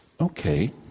Okay